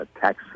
tax